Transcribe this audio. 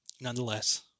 nonetheless